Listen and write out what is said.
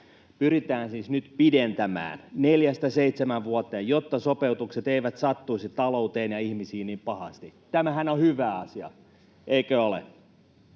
pyritään siis nyt pidentämään neljästä seitsemään vuoteen, jotta sopeutukset eivät sattuisi talouteen ja ihmisiin niin pahasti. Tämähän on hyvä asia, eikö ole?